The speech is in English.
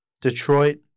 Detroit